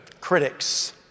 critics